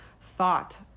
thought